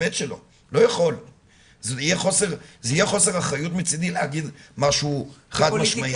זה יהיה חוסר אחריות מצדי להגיד משהו חד משמעי.